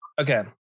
Okay